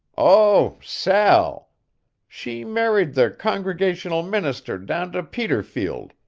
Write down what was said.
oh, sal she married the congregational minister down to peterfield,